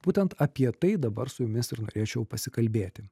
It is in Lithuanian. būtent apie tai dabar su jumis ir norėčiau pasikalbėti